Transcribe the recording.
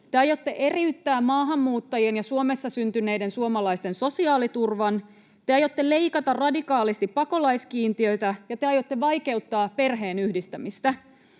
Te aiotte eriyttää maahanmuuttajien ja Suomessa syntyneiden suomalaisten sosiaaliturvan. Te aiotte leikata radikaalisti pakolaiskiintiöitä, ja te aiotte vaikeuttaa perheenyhdistämistä.